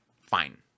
fine